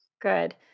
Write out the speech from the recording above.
Good